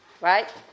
right